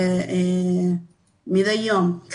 מדי יום.